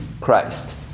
Christ